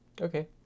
okay